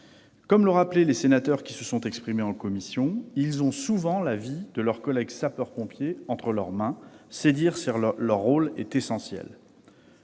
Comme l'ont souligné les sénateurs qui se sont exprimés en commission, ces personnels ont souvent la vie de leurs collègues sapeurs-pompiers entre les mains. C'est dire si leur rôle est essentiel